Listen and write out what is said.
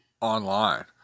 online